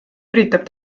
üritab